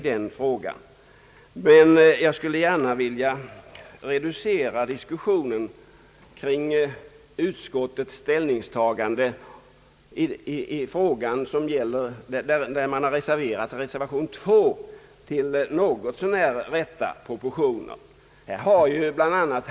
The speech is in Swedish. Jag vill emellertid gärna reducera diskussionen till något så när rätta proportioner vad beträffar utskottets ställningstagande i det avsnitt som upptas i reservation nr 2.